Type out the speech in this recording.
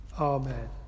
Amen